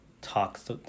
talks